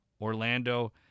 Orlando